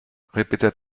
répéta